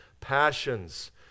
passions